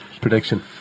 prediction